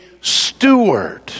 steward